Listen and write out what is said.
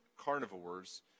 carnivores